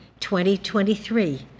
2023